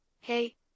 Hey